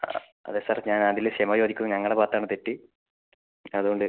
ആ അതെ സാർ ഞാൻ അതില് ക്ഷമ ചോദിക്കുന്നു ഞങ്ങളുടെ ഭാഗത്ത് ആണ് തെറ്റ് അതുകൊണ്ട്